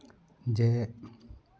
ᱡᱮ